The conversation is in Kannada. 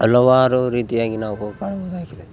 ಹಲವಾರು ರೀತಿಯಾಗಿ ನಾವು ಕಾಣಬಹುದಾಗಿದೆ